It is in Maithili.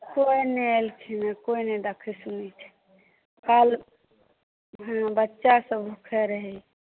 कोई नहि एलखिन हँ कोई नहि देखै सुनै छै काल्हि बच्चा सभ भुखे रहै